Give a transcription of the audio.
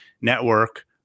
network